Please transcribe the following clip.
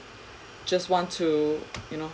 just want to you know